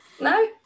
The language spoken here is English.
No